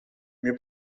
mio